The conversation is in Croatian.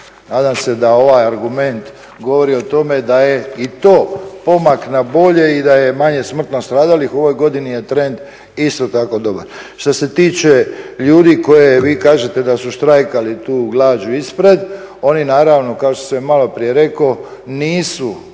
Nadam se da ovaj argument govori o tome da je i to pomak na bolje i da je manje smrtno stradalih. U ovoj godini je trend isto tako dobar. Što se tiče ljudi koje vi kažete da su štrajkali tu glađu ispred, oni naravno kao što sam i malo prije rekao nisu,